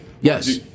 Yes